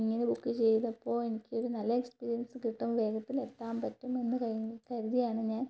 ഇങ്ങനെ ബുക്ക് ചെയ്തപ്പോള് എനിക്കൊരു നല്ല എക്സ്പീരിയൻസ് കിട്ടും വേഗത്തിൽ എത്താൻ പറ്റും എന്ന് കരുതിയാണ് ഞാൻ